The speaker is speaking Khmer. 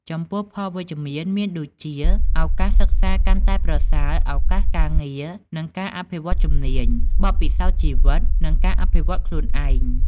ចំពោះផលវិជ្ជមាន មានដូចជាឱកាសសិក្សាកាន់តែប្រសើរ ឱកាសការងារ និងការអភិវឌ្ឍន៍ជំនាញ ,បទពិសោធន៍ជីវិត និងការអភិវឌ្ឍន៍ខ្លួនឯង។